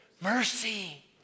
Mercy